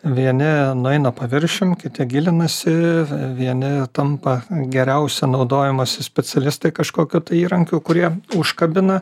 vieni nueina paviršium kiti gilinasi vieni tampa geriausi naudojimosi specialistai kažkokių tai įrankių kurie užkabina